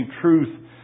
truth